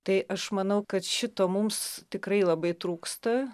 tai aš manau kad šito mums tikrai labai trūksta